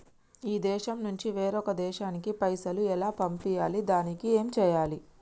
ఈ దేశం నుంచి వేరొక దేశానికి పైసలు ఎలా పంపియ్యాలి? దానికి ఏం చేయాలి?